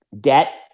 debt